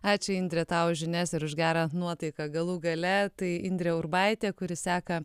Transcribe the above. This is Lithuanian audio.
ačiū indre tau žinias ir už gerą nuotaiką galų gale tai indrė urbaitė kuri seka